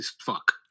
fuck